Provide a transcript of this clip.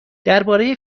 درباره